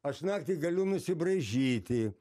aš naktį galiu nusibraižyti